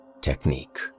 technique